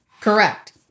correct